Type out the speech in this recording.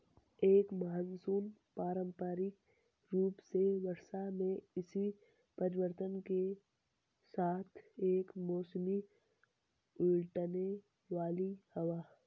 एक मानसून पारंपरिक रूप से वर्षा में इसी परिवर्तन के साथ एक मौसमी उलटने वाली हवा है